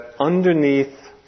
underneath